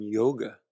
yoga